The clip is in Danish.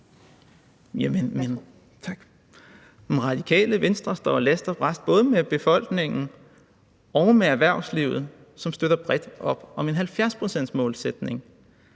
Radikale Venstre står last og brast både med befolkningen og med erhvervslivet, som støtter bredt op om en 70-procentsmålsætning.